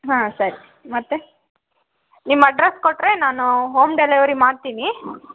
ಹಾಂ ಸರಿ ಮತ್ತೆ ನಿಮ್ಮ ಅಡ್ರಸ್ ಕೊಟ್ಟರೆ ನಾನು ಹೋಮ್ ಡೆಲಿವರಿ ಮಾಡ್ತೀನಿ